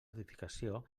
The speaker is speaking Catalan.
notificació